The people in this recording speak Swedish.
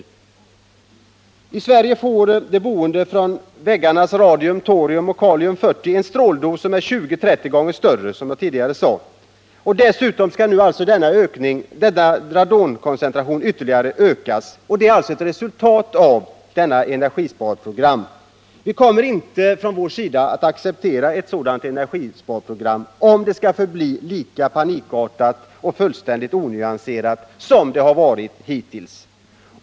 I ett mycket stort antal bostäder i Sverige får de boende från väggarnas radium, torium och kalium-40 en stråldos, som är 20-30 gånger större än den högsta tillåtna från de svenska kärnkraftverken till befolkningen i den allra närmaste omgivningen. Och dessutom skall de boende nu också få den ökning av radonkoncentrationen som blir resultatet av detta energisparprogram. Vi kommer inte från vår sida att acceptera ett sådant energisparande, om det skall förbli lika panikartat och fullständigt onyanserat som det varit hittills.